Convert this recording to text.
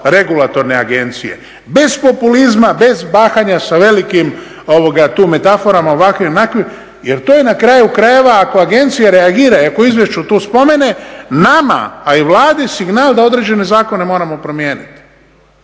regulatorne agencije, bez populizma, bez mahanja sa velikim metaforama ovakvim, onakvim. Jer na kraju krajeva ako agencija reagira i ako u izvješću to spomene, nama a i Vladi je signal da određene zakone moramo promijeniti.